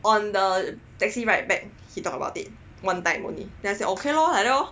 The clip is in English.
on the taxi ride back he talk about it one time only then I say okay lor like that lor